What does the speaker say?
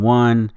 one